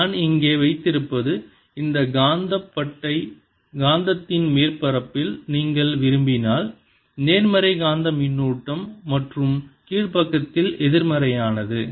எனவே நான் இங்கே வைத்திருப்பது இந்த காந்தப் பட்டை காந்தத்தின் மேற்பரப்பில் நீங்கள் விரும்பினால் நேர்மறை காந்தக் மின்னூட்டம் மற்றும் கீழ் பக்கத்தில் எதிர்மறையானது